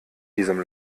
diesem